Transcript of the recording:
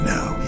Now